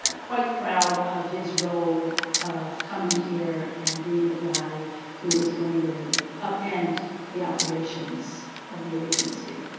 ah quite proud of his role of coming here and being the guy who was going to up end the operations of the agency.